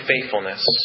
faithfulness